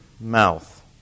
mouth